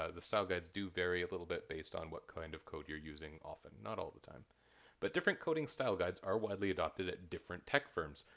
ah the style guides do vary a little bit based on what kind of code you're using often, not all the time but different coding style guides are widely adopted at different tech firms.